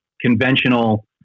conventional